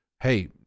hey